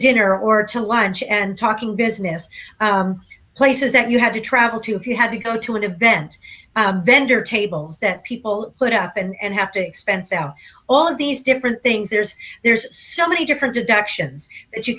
dinner or to lunch and talking business places that you have to travel to if you have to go to an event vendor tables that people put up and have to expense all of these different things there's there's so many different deductions that you